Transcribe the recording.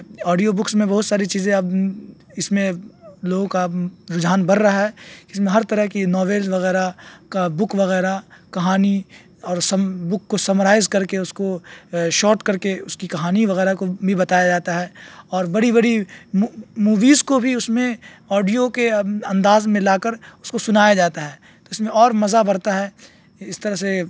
audio books میں بہت ساری چیزیں اب اس میں لوگوں کا رجحان بڑھ رہا ہے اس میں ہر طرح کی ناولز وغیرہ کا بک وغیرہ کہانی اور بک کو سمرائز کر کے اس کو شاٹ کر کے اس کی کہانی وغیرہ کو بھی بتایا جاتا ہے اور بڑی بڑی موویز کو بھی اس میں آڈیو کے انداز میں لا کر اس کو سنایا جاتا ہے تو اس میں اور مزہ بڑھتا ہے اس طرح سے